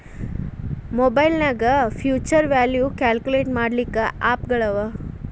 ಮಒಬೈಲ್ನ್ಯಾಗ್ future value calculate ಮಾಡ್ಲಿಕ್ಕೆ app ಗಳವ